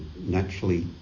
naturally